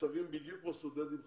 מתוקצבים בדיוק כמו סטודנטים חרדים.